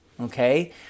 okay